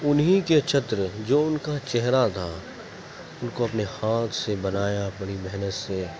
انہی کے چتر جو ان کا چہرہ تھا ان کو اپنے ہاتھ سے بنایا بڑی محنت سے